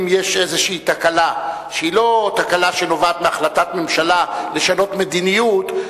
אם יש איזו תקלה שהיא לא תקלה שנובעת מהחלטת ממשלה לשנות מדיניות,